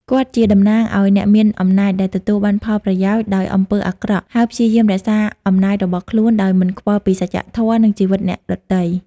គាត់ជាតំណាងឲ្យអ្នកមានអំណាចដែលទទួលបានផលប្រយោជន៍ដោយអំពើអាក្រក់ ហើយព្យាយាមរក្សាអំណាចរបស់ខ្លួនដោយមិនខ្វល់ពីសច្ចធម៌ និងជីវិតអ្នកដទៃ។